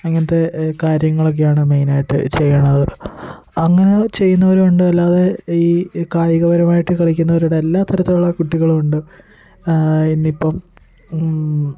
അങ്ങനത്തെ കാര്യങ്ങളൊക്കെയാണ് മെയ്നായിട്ട് ചെയ്യണത് അങ്ങനെ ചെയ്യുന്നവരുണ്ട് അല്ലാതെ ഈ കായികപരമായിട്ട് കളിക്കുന്നവര് അതെല്ലാ തരത്തിലുമുള്ള കുട്ടികളുണ്ട് ഇന്നിപ്പം